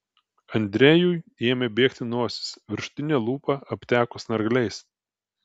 andrejui ėmė bėgti nosis viršutinė lūpa apteko snargliais